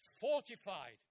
fortified